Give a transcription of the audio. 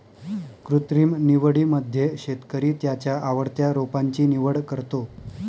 कृत्रिम निवडीमध्ये शेतकरी त्याच्या आवडत्या रोपांची निवड करतो